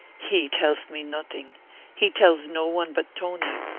he tells me nothing he tells no one but tony,